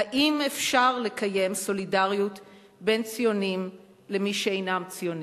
האם אפשר לקיים סולידריות בין ציונים למי שאינם ציונים?